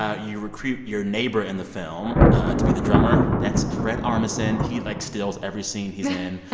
ah you recruit your neighbor in the film to be the drummer. that's fred armisen. he, like, steals every scene he's in.